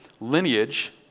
lineage